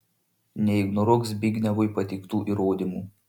neignoruok zbignevui pateiktų įrodymų